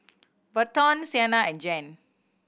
Berton Sienna and Jan